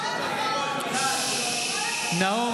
בעד נאור